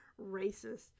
racist